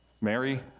Mary